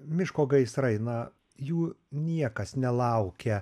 miško gaisrai na jų niekas nelaukia